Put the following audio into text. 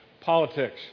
politics